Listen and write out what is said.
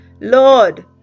Lord